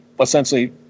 essentially